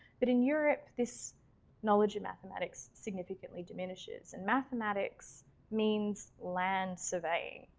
but in europe, this knowledge of mathematics significantly diminishes, and mathematics means land surveying.